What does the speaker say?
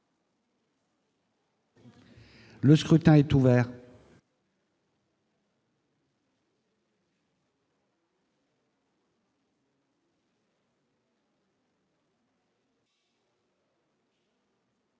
Le scrutin est ouvert.